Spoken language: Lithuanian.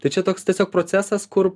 tai čia toks tiesiog procesas kur